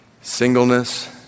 singleness